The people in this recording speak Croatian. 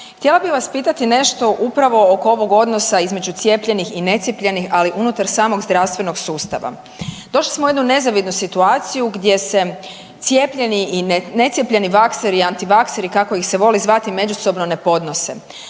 Htjela bih vas pitati nešto upravo oko ovog odnosa između cijepljenih i necijepljenih, ali unutar samog zdravstvenog sustava. Došli smo u jednu nezavidnu situaciju gdje se cijepljeni i necijepljeni, vakseri i antivakseri, kako ih se voli zvati, međusobno ne podnose.